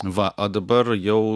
va o dabar jau